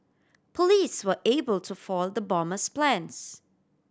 police were able to foil the bomber's plans